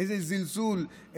איזה זלזול,